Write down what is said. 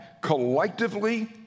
collectively